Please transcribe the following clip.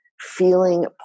feeling